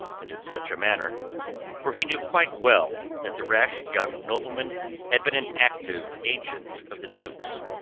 and in such a manner for he knew quite well that the rash young nobleman had been an active agent of the duke's.